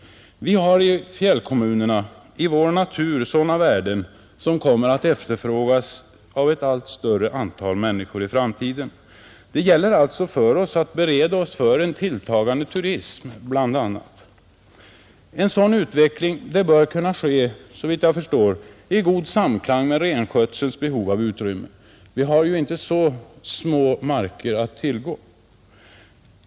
Våra fjällkommuner har i sin natur värden som kommer att efterfrågas av ett allt större antal människor i framtiden. Det gäller alltså att förbereda sig för bl.a. en tilltagande turism. En sådan utveckling bör kunna ske i god samklang med renskötselns behov av utrymme. Vi har stora markområden att tillgå.